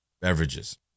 beverages